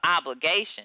obligation